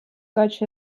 such